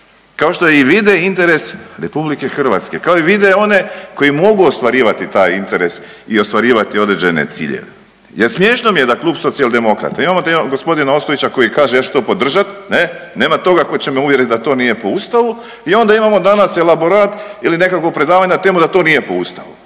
Kao što i vide interes Republike Hrvatske, kao što i vide one koji mogu ostvarivati taj interes i ostvarivati određene ciljeve, jer smiješno mi je da klub Socijaldemokrata, imamo gospodina Ostojića koji kaže ja ću to podržati, nema toga tko će me uvjeriti da to nije po Ustavu i onda imamo danas elaborat ili nekakvo predavanje na temu da to nije po Ustavu